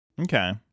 Okay